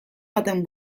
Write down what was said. baten